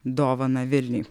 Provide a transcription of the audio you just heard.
dovana vilniui